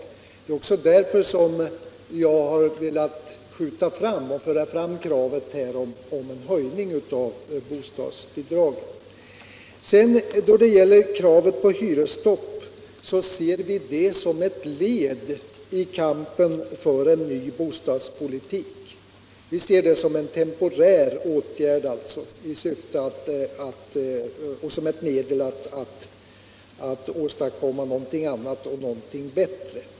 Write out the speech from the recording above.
Det är också därför som jag har velat föra fram kravet om en höjning av bostadsbidragen. Kravet på hyresstopp ser vi som ett led i kampen för en ny bostadspolitik. Vi ser det alltså som en temporär åtgärd och som ett medel att åstadkomma något annat och något bättre.